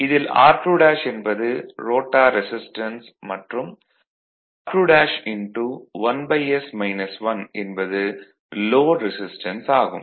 இதில் r2 என்பது rotor resistance மற்றும் r2 1s 1 என்பது லோட் ரெசிஸ்டன்ஸ் ஆகும்